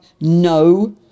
No